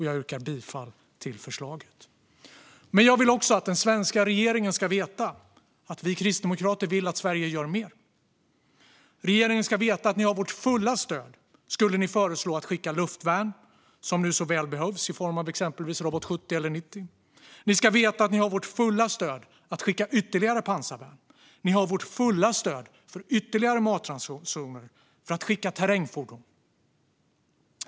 Jag yrkar bifall till förslaget. Men jag vill också att den svenska regeringen ska veta att vi kristdemokrater vill att Sverige ska göra mer. Regeringen ska veta att ni har vårt fulla stöd om ni skulle föreslå att skicka luftvärn, som ju så väl behövs, i form av exempelvis Robot 70 eller 90. Ni ska veta att ni har vårt fulla stöd att skicka ytterligare pansarvärn. Ni har vårt fulla stöd för att skicka ytterligare matransoner och för att skicka terrängfordon.